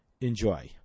Enjoy